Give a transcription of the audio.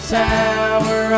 tower